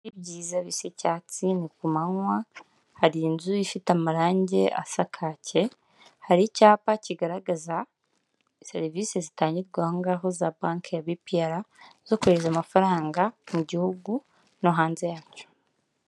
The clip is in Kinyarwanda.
Ibiti byiza bisa icyatsi ni ku manywa hari inzu ifite amarangi asa kake, hari icyapa kigaragaza serivisi zitangirwa aho ngaho za banke ya bipiyara zo kohereza amafaranga mu gihugu no hanze yacyo.